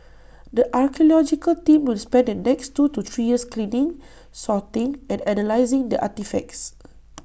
the archaeological team will spend the next two to three years cleaning sorting and analysing the artefacts